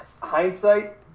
hindsight